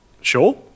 Sure